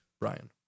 Brian